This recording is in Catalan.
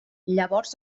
llavors